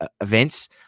events